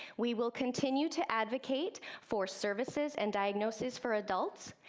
we will continue to advocate for services and diagnosis for adults,